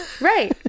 right